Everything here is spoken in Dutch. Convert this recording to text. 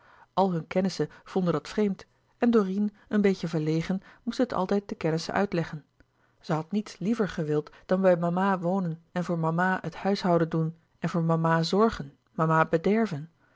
hunne kennissen vonden dat vreemd en dorine een beetje verlegen moest het altijd den kennissen uitleggen zij had niets liever gewild dan bij mama wonen en voor mama louis couperus de boeken der kleine zielen het huishouden doen en voor mama zorgen mama bederven